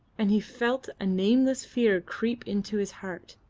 and he felt a nameless fear creep into his heart,